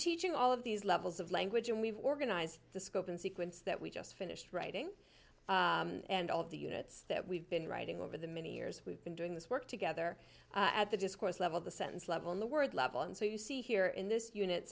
teaching all of these levels of language and we've organized the scope and sequence that we just finished writing and all of the units that we've been writing over the many years we've been doing this work together at the discourse level the sentence level in the word level and so you see here in this unit